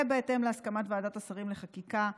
ובהתאם להסכמת ועדת השרים לחקיקה,